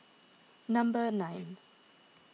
number nine